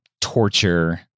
torture